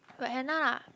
got henna lah